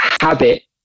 habit